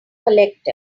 collector